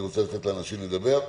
אני רוצה לתת לאנשים לדבר.